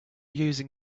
using